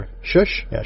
Shush